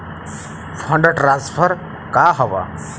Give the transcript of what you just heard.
Fund transfer का हव?